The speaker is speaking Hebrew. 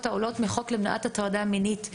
העולות מהחוק למניעת הטרדה מינית,